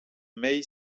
may